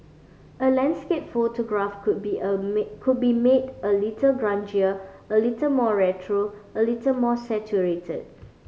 a landscape photograph could be a made could be made a little grungier a little more retro a little more saturated